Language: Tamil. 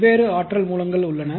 வெவ்வேறு ஆற்றல் மூலங்கள் உள்ளன